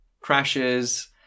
crashes